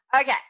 Okay